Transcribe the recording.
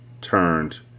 turned